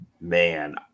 man